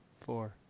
four